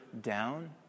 down